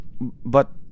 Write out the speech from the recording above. but-